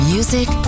Music